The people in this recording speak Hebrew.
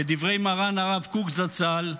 כדברי מרן הרב קוק, זצ"ל,